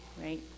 right